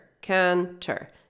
canter